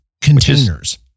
containers